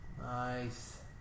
Nice